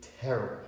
terrible